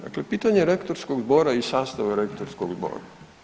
Dakle, pitanje rektorskog zbora i sastava rektorskog zbora.